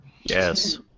yes